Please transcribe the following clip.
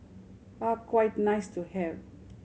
are quite nice to have